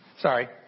Sorry